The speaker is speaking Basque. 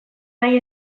nahi